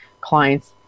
clients